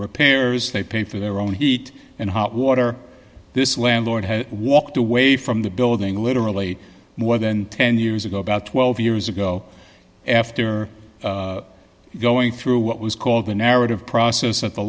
repairs they pay for their own heat and hot water this landlord has walked away from the building literally more than ten years ago about twelve years ago after going through what was called the narrative